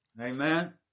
Amen